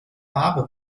farbe